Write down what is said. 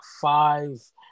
five –